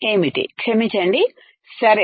ఏమిటి క్షమించండి సరే